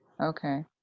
Okay